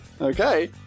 Okay